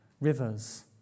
rivers